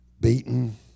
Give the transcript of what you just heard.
beaten